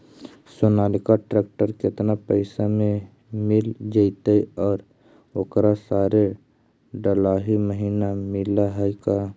Sonalika tractor केतना पैसा में मिल जइतै और ओकरा सारे डलाहि महिना मिलअ है का?